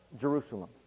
Jerusalem